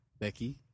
Becky